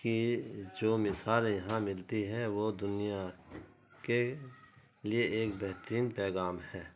کی جو مثال یہاں ملتی ہے وہ دنیا کے لیے ایک بہترین پیغام ہے